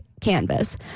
canvas